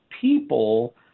people